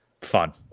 fun